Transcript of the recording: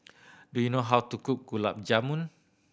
do you know how to cook Gulab Jamun